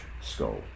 skull